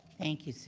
thank you, sir.